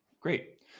Great